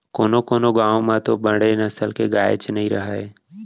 कोनों कोनों गॉँव म तो बड़े नसल के गायेच नइ रहय